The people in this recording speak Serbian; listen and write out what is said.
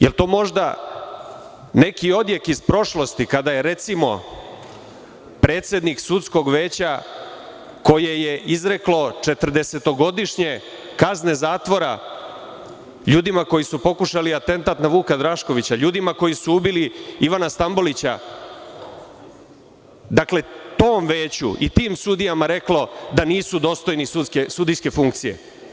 Da li je to možda neki odjek iz prošlosti, kada je, recimo, predsednik sudskog veća, koje je izreklo četrdesetogodišnje kazne zatvora ljudima koji su pokušali atentat na Vuka Draškovića, ljudima koji su ubili Ivana Stambolića, dakle tom veću i tim sudijama reklo da nisu dostojni sudijske funkcije?